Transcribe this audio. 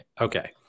Okay